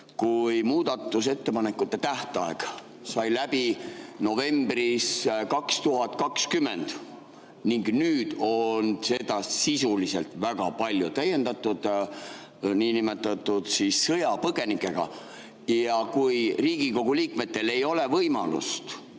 Kui muudatusettepanekute tähtaeg sai läbi novembris 2020 ning nüüd on seda [eelnõu] sisuliselt väga palju täiendatud niinimetatud sõjapõgenikega ja kui Riigikogu liikmetel ei ole võimalust